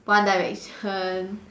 one direction